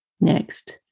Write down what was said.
Next